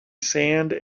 sand